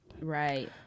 Right